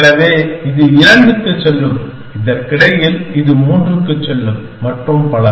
எனவே இது 2 க்கு செல்லும் இதற்கிடையில் இது 3 க்கு செல்லும் மற்றும் பல